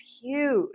huge